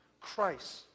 Christ